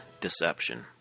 Deception